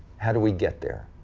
how do we get there?